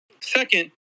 Second